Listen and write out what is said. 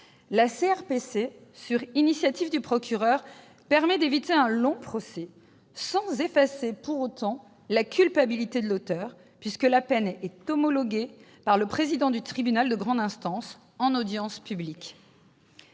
sur l'initiative du procureur, permet d'éviter un long procès, sans effacer pour autant la culpabilité de l'auteur, puisque la peine est homologuée par le président du tribunal de grande instance en audience publique.